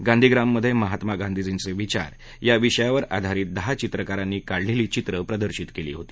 गांधी ग्राममध्ये महात्मा गांधीजींचे विचार या विषयावर आधारित दहा चित्रकारांनी काढलेली चित्र प्रदर्शित केली होती